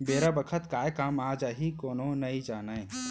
बेरा बखत काय काम आ जाही कोनो नइ जानय